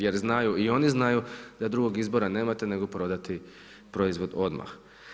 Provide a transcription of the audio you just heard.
Jer znaju i oni znaju da drugog izbora nemate nego prodati proizvod odmah.